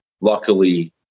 luckily